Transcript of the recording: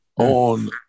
on